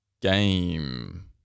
game